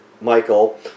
Michael